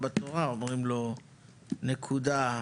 שתהווה גוף מטה מתכלל.